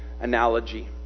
analogy